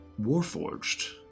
Warforged